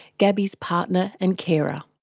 gabby's partner and carer.